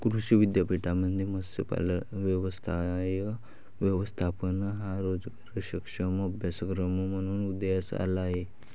कृषी विद्यापीठांमध्ये मत्स्य व्यवसाय व्यवस्थापन हा रोजगारक्षम अभ्यासक्रम म्हणून उदयास आला आहे